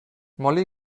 molly